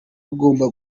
agomba